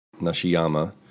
Nashiyama